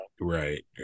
Right